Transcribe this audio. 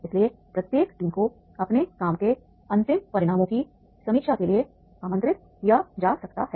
इसलिए प्रत्येक टीम को अपने काम के अंतिम परिणामों की समीक्षा के लिए आमंत्रित किया जा सकता है